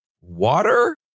water